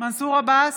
מנסור עבאס,